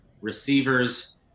receivers